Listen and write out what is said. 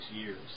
years